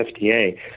FDA